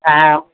ᱦᱮᱸ